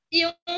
yung